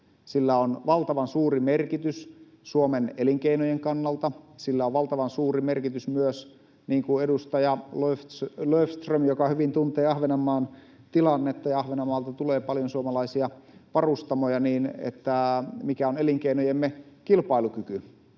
Sillä on valtavan suuri merkitys Suomen elinkeinojen kannalta, sillä on valtavan suuri merkitys myös, niin kuin totesi edustaja Löfström, joka hyvin tuntee Ahvenanmaan tilannetta — ja Ahvenanmaalta tulee paljon suomalaisia varustamoja — elinkeinojemme kilpailukyvyn